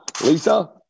lisa